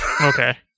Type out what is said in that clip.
Okay